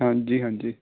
ਹਾਂਜੀ ਹਾਂਜੀ